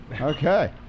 Okay